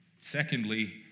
Secondly